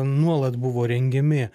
nuolat buvo rengiami